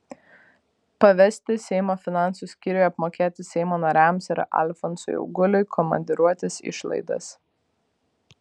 pavesti seimo finansų skyriui apmokėti seimo nariams ir alfonsui auguliui komandiruotės išlaidas